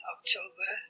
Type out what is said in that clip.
October